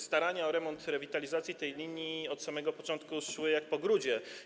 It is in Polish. Starania o remont, rewitalizację tej linii od samego początku szły jak po grudzie.